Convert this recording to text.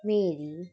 मेरी